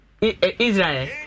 Israel